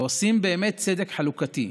ועושים באמת צדק חלוקתי.